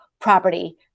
property